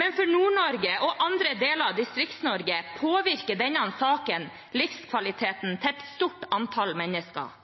Men for Nord-Norge og andre deler av Distrikts-Norge påvirker denne saken livskvaliteten til et stort antall mennesker.